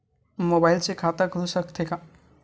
Mobile से खाता खुल सकथे का?